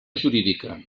jurídica